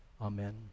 amen